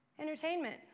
Entertainment